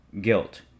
Guilt